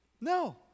No